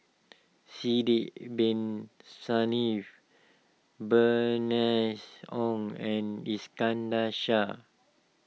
Sidek Bin Saniff Bernice Ong and Iskandar Shah